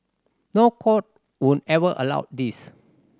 no court would ever allow this